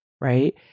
right